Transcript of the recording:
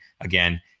Again